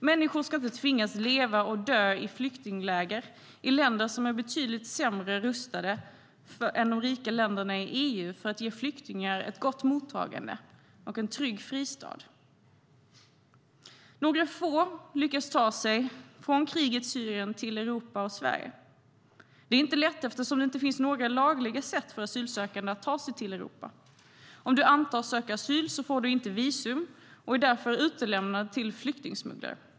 Människor ska inte tvingas leva och dö i flyktingläger i länder som är betydligt sämre rustade än de rika länderna i EU för att ge flyktingar ett gott mottagande och trygg fristad. Några få lyckas ta sig från krigets Syrien till Europa och Sverige. Det är inte lätt eftersom det inte finns några lagliga sätt för asylsökande att ta sig till Europa. Om du antas söka asyl får du inte visum och är därför utlämnad till flyktingsmugglare.